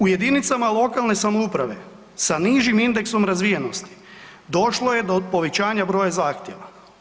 U jedinicama lokalne samouprave sa nižim indeksom razvijenosti došlo je do povećanja broja zahtjeva.